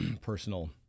personal